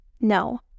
No